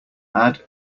add